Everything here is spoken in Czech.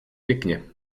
pěkně